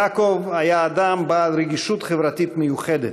יעקב היה אדם בעל רגישות חברתית מיוחדת,